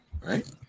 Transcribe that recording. right